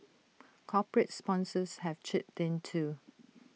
corporate sponsors have chipped in too